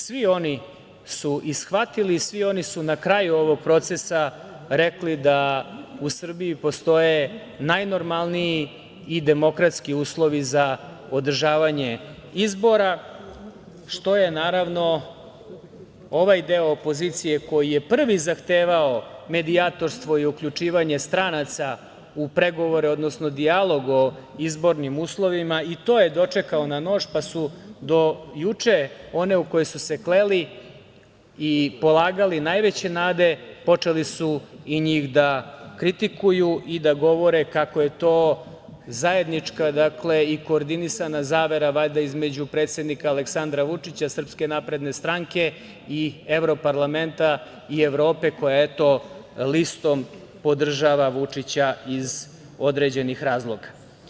Svi oni su i shvatili, i svi oni su na kraju ovog procesa rekli da u Srbiji postoje najnormalniji i demokratski uslovi za održavanje izbora, što je naravno, ovaj deo opozicije koji je prvi zahtevao medijatorstvo i uključivanje stranaca u pregovore, odnosno dijalog o izbornim uslovima i to je dočekao na nož, pa su do juče, one koje su se kleli i polagali najveće nade, počeli su i njih da kritikuju i da govore kako je to zajednička, dakle, i koordinisana zavera valjda između predsednika Aleksandra Vučića, SNS i evroparlamenta i Evrope, koja eto, listom podržava Vučića iz određenih razloga.